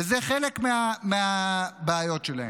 וזה חלק מהבעיות שלהם.